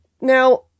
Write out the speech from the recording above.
now